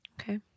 okay